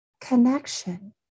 connection